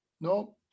no